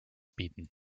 bieten